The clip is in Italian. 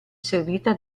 servita